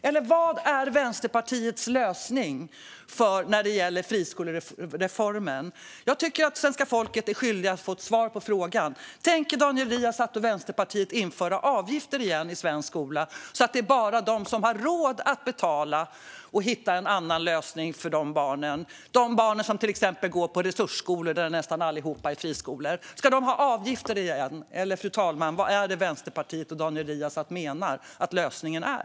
Eller vad är Vänsterpartiets lösning när det gäller friskolereformen? Jag tycker att Vänsterpartiet är skyldigt att ge svenska folket ett svar på frågan: Tänker Daniel Riazat och Vänsterpartiet införa avgifter igen i svensk skola så att det bara är de som har råd att betala som kan hitta en annan lösning för barnen? Det gäller till exempel de barn som går på resursskolor, som nästan allihop är friskolor. Ska de ha avgifter igen? Eller, fru talman, vad är det Vänsterpartiet och Daniel Riazat menar att lösningen är?